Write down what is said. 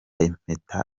impeta